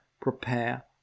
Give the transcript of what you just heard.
prepare